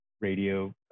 radio